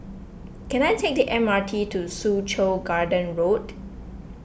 can I take the M R T to Soo Chow Garden Road